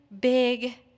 big